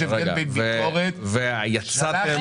ויצאתם